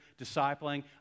discipling